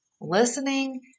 listening